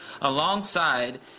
alongside